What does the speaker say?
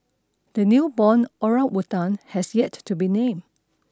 the newborn orangutan has yet to be named